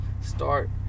start